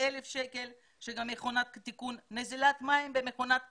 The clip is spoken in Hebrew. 1,000 שקלים תיקון נזילת מים במכונת כביסה.